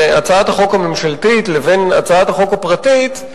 המאפשרת לכל לקוח לעבור לחברה אחרת עם מספר הטלפון